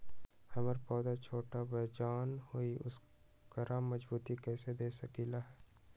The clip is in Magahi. हमर पौधा छोटा बेजान हई उकरा मजबूती कैसे दे सकली ह?